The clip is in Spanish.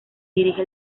dirige